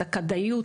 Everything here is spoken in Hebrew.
הכדאיות,